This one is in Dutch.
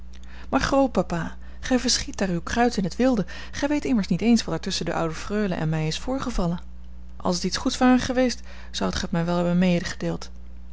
maar grootpapa gij verschiet daar uw kruit in het wilde gij weet immers niet eens wat er tusschen de oude freule en mij is voorgevallen als het iets goeds ware geweest zoudt gij het mij wel hebben